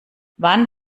wann